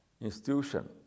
institution